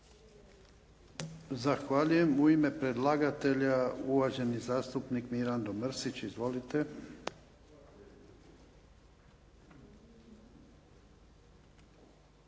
završnu riječ u ime predlagatelja ima uvaženi zastupnik Mirando Mrsić. Izvolite.